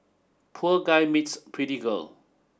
poor guy meets pretty girl